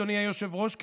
אדוני היושב-ראש.